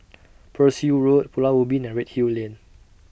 Pearl's Hill Road Pulau Ubin and Redhill Lane